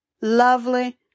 lovely